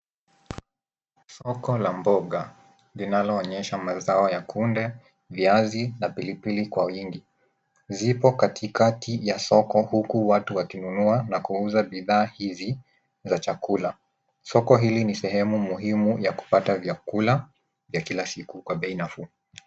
Soko la mboga linaloonyesha mazao ya kunde, viazi na pilipili kwa wingi zipo katikati ya soko huku watu wakinunua na kuuza bidhaa hizi za chakula . Soko hili ni sehemu muhimu ya kupata vyakula vya kila siku kwa bei nafuu.